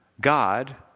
God